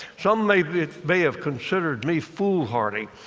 some may may have considered me foolhardy,